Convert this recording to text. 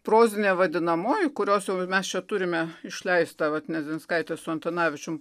prozinė vadinamoji kurios jau mes čia turime išleistą vat nedzinskaitės su antanavičium